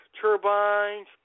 turbines